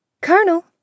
Colonel